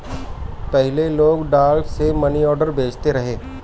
पहिले लोग डाक से मनीआर्डर भेजत रहे